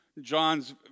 John's